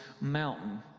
mountain